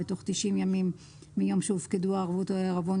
בתוך 90 ימים מיום שהופקדו הערבות או העירבון,